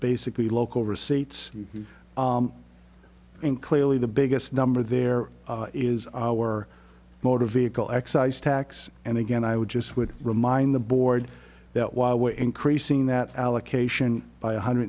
basically local receipts and clearly the biggest number there is a motor vehicle excise tax and again i would just would remind the board that while we're increasing that allocation by one hundred